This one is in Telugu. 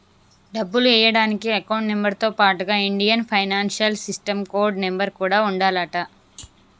డబ్బులు ఎయ్యడానికి అకౌంట్ నెంబర్ తో పాటుగా Indian financial system code number కూడా ఉండాలంట